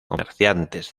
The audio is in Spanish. comerciantes